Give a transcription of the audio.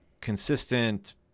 consistent